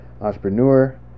entrepreneur